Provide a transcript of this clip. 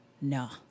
no